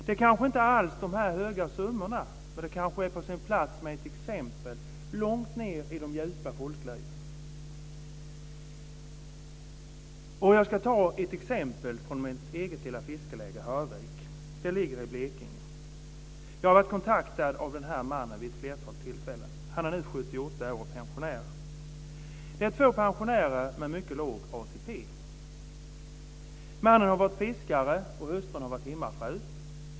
Det är kanske inte alls de här höga summorna, men det är kanske på sin plats med ett exempel långt ned i folkdjupet. Jag ska ta ett exempel från mitt eget lilla fiskeläge Hörvik. Det ligger i Blekinge. Jag har varit kontaktad av en man vid ett flertal tillfällen. Han är nu 78 år och pensionär. Det handlar om två pensionärer med en mycket låg ATP. Mannen har varit fiskare, och hustrun har varit hemmafru.